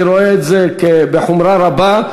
אני רואה את זה בחומרה רבה,